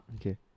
Okay